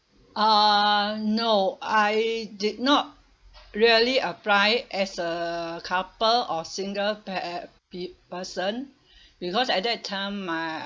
uh no I did not really apply as a couple or single pai~ p~ person because at that time uh